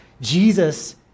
Jesus